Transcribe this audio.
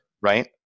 Right